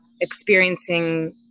experiencing